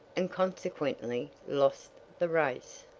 and consequently lost the race.